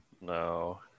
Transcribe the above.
No